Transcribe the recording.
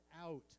out